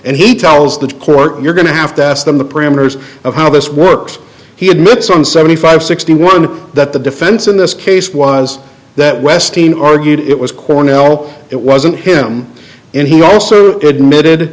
and he tells that clerk you're going to have to ask them the parameters of how this works he admits on seventy five sixty one that the defense in this case was that westin argued it was cornell it wasn't him and he also admitted